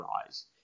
rise